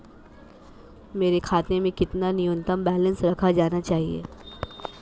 मेरे खाते में कितना न्यूनतम बैलेंस रखा जाना चाहिए?